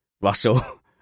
Russell